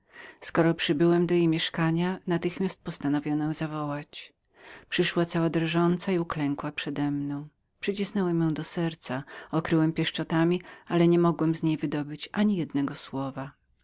skoro przybyłem do mieszkania natychmiast postanowiono ją zawołać przyszła cała drżąca i uklękła przedemną przycisnąłem ją do serca okryłem pieszczotami ale nie mogłem z niej wydobyć ani jednego słowa